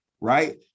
Right